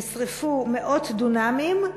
נשרפו מאות דונמים,